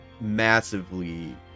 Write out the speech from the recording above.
massively